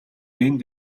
энд